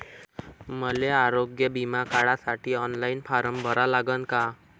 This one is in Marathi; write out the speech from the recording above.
मले आरोग्य बिमा काढासाठी ऑनलाईन फारम भरा लागन का?